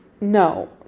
No